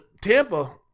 Tampa